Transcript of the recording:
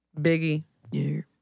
Biggie